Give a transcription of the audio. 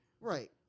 Right